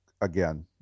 again